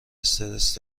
استرس